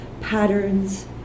patterns